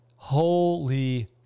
Holy